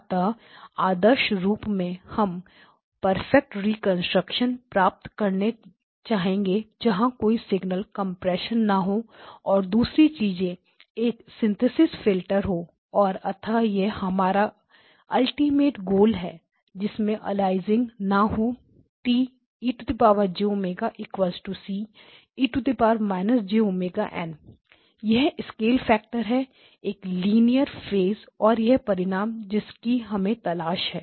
अतः आदर्श रूप में हम परफेक्ट रिकंस्ट्रक्शन प्राप्त करना चाहेंगे जहां कोई सिग्नल कंप्रेशन ना हो और दूसरी चीजें एक सिंथेसिस फिल्टर हो और अतः यह हमारा अल्टीमेट टारगेट है जिसमें अलियासिंग ना हो T e jωc e− jωn0 यह स्केल फैक्टर है एक लीनियर फेस और वह परिणाम जिसकी हमें तलाश है